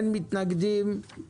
הצבעה אושר